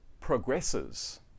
progresses